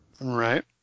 Right